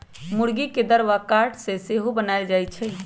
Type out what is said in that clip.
मूर्गी के दरबा काठ से सेहो बनाएल जाए छै